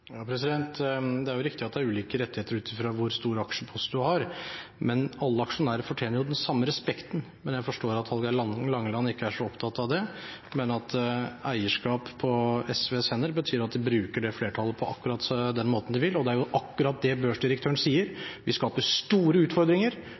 ut fra hvor stor aksjepost du har. Men alle aksjonærer fortjener den samme respekten. Jeg forstår at Hallgeir H. Langeland ikke er så opptatt av det, men at eierskap på SVs hender betyr at de bruker det flertallet på akkurat den måten de vil. Det er jo akkurat det børsdirektøren sier: